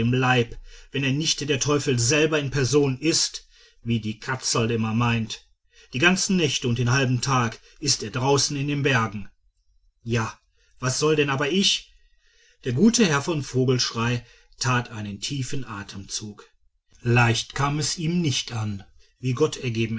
leib wenn er nicht der teufel selber in person ist wie die katzel immer meint die ganzen nächte und den halben tag ist er draußen in den bergen ja was soll denn aber ich der gute herr von vogelschrey tat einen tiefen atemzug leicht kam es ihm nicht an wie